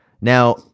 Now